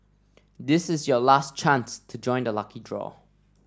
this is your last chance to join the lucky draw